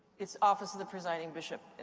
it's office of the presiding bishop,